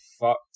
fucked